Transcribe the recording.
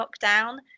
lockdown